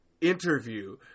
interview